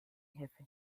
jefe